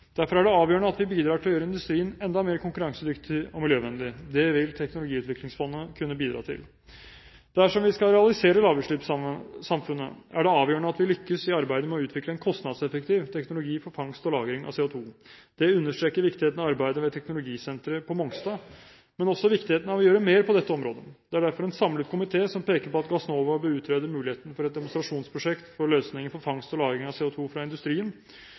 Derfor er det avgjørende at vi bidrar til å gjøre industrien enda mer konkurransedyktig og miljøvennlig. Dette vil teknologiutviklingsfondet kunne bidra til. Dersom vi skal realisere lavutslippssamfunnet, er det avgjørende at vi lykkes i arbeidet med å utvikle en kostnadseffektiv teknologi for fangst og lagring av CO2. Dette understreker viktigheten av arbeidet ved Teknologisenteret på Mongstad, men også viktigheten av å gjøre mer på dette området. Det er derfor en samlet komité som peker på at Gassnova bør utrede muligheten for et demonstrasjonsprosjekt for løsninger for fangst og lagring av CO2 fra industrien,